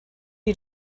are